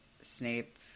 Snape